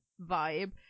vibe